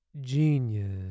genius